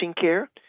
care